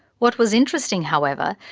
what was interesting, however,